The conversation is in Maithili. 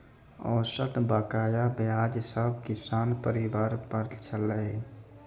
औसत बकाया ब्याज सब किसान परिवार पर छलै